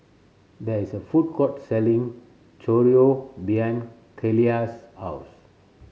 there is a food court selling Chorizo behind Keila's house